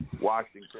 Washington